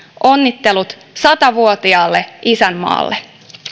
onnittelut sata vuotiaalle isänmaalle